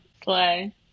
Play